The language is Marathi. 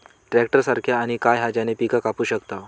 ट्रॅक्टर सारखा आणि काय हा ज्याने पीका कापू शकताव?